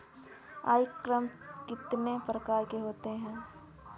ई commerce कितने प्रकार के होते हैं?